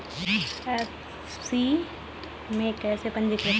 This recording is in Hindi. एन.बी.एफ.सी में कैसे पंजीकृत करें?